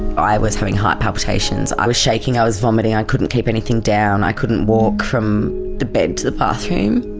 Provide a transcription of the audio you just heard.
i was having heart palpitations, i was shaking, i was vomiting, i couldn't keep anything down, i couldn't walk from the bed to the bathroom